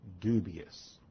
dubious